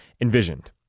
envisioned